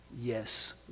Yes